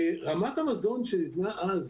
רמת המזון שניתנה אז,